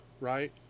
right